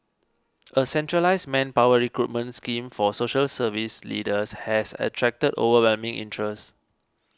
a centralised manpower recruitment scheme for social service leaders has attracted overwhelming interest